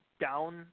down